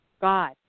God